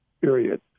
period